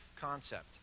concept